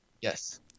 Yes